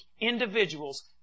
individuals